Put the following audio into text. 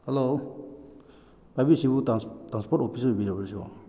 hello ꯄꯥꯏꯕꯤꯔꯤꯁꯤꯕꯨ transport office ꯑꯣꯏꯕꯤꯔꯕ꯭ꯔꯥ ꯁꯤꯕꯣ